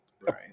Right